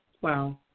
Wow